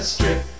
Strip